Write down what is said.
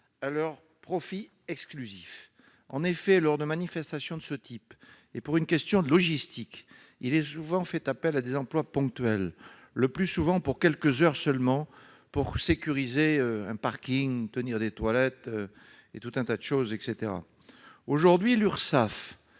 à leur profit exclusif. En effet, lors de manifestations de ce type, et pour une question de logistique, il est fréquemment fait appel à des emplois ponctuels, le plus souvent pour quelques heures seulement, afin de sécuriser un parking, tenir des toilettes, etc. Aujourd'hui, l'Urssaf